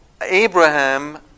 Abraham